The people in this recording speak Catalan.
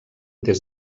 des